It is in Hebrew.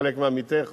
כחלק מעמיתיך,